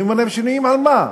אני אומר להם: שינויים במה?